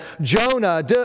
Jonah